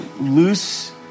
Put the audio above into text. Loose